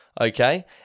okay